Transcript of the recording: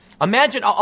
Imagine